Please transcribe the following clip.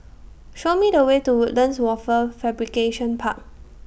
Show Me The Way to Woodlands Wafer Fabrication Park